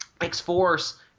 X-Force